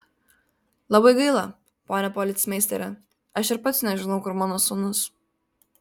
labai gaila pone policmeisteri aš ir pats nežinau kur mano sūnus